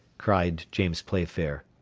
cried james playfair.